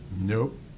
nope